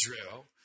Israel